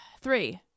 Three